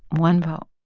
one vote.